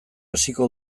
hasiko